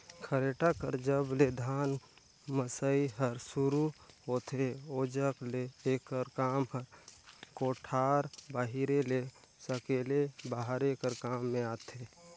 खरेटा कर जब ले धान मसई हर सुरू होथे ओजग ले एकर काम हर कोठार बाहिरे ले सकेले बहारे कर काम मे आथे